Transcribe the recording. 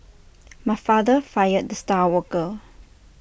my father fired the star worker